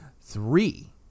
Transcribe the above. Three